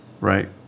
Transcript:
Right